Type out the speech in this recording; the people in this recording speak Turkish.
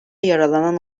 yaralanan